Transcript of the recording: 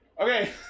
Okay